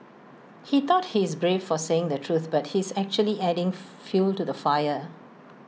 he thought he's brave for saying the truth but he's actually adding fuel to the fire